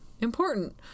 important